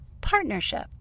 partnership